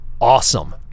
awesome